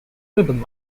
ribbon